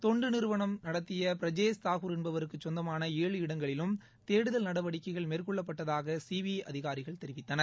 தொண்டு நிறுவனம் நடத்திய பிரஜேஷ் தாகூர் என்பவருக்குச் சொந்தமான ஏழு இடங்களிலும் தேடுதல் நடவடிககைகள் மேற்கொள்ளப்பட்டதாக சிபிஐ அதிகாரிகள் தெரிவித்தனர்